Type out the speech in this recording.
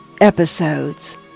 episodes